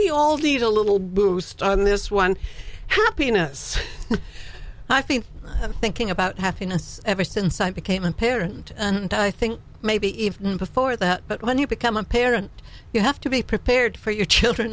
we all need a little boost on this one happiness i think thinking about happiness ever since i became apparent i think maybe even before that but when you become a parent you have to be prepared for your children